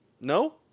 No